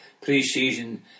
pre-season